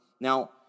Now